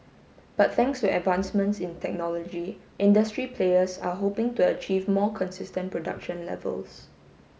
but thanks to advancements in technology industry players are hoping to achieve more consistent production levels